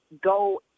go